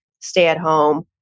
stay-at-home